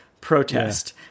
protest